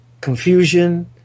confusion